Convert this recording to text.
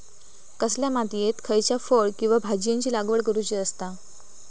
कसल्या मातीयेत खयच्या फळ किंवा भाजीयेंची लागवड करुची असता?